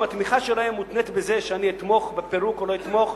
אם התמיכה שלהם מותנית בזה שאתמוך בפירוק או לא אתמוך,